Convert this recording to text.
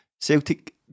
Celtic